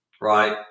right